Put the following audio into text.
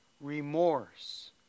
remorse